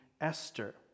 Esther